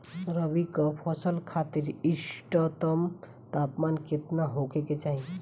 रबी क फसल खातिर इष्टतम तापमान केतना होखे के चाही?